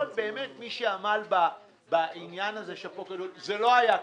באמת מי שעמל בעניין הזה שאפו גדול, זה לא היה קל,